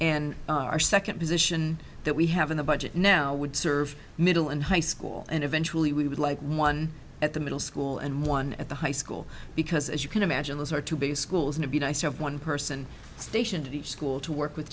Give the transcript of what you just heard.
and our second position that we have in the budget now would serve middle and high school and eventually we would like one at the middle school and one at the high school because as you can imagine those are two big schools and to be nice to have one person station to the school to work with